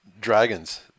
Dragons